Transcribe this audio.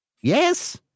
yes